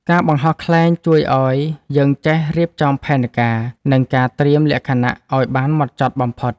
ការបង្ហោះខ្លែងជួយឱ្យយើងចេះរៀបចំផែនការ និងការត្រៀមលក្ខណៈឱ្យបានហ្មត់ចត់បំផុត។